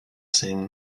same